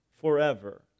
forever